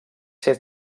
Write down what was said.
ser